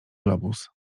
globus